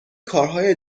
کارهای